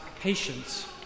patience